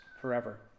forever